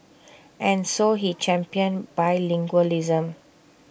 and so he championed bilingualism